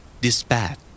Dispatch